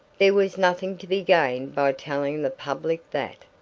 there was nothing to be gained by telling the public that.